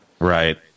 Right